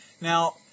Now